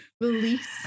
release